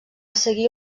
seguir